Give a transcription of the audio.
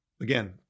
again